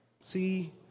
See